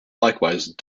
likewise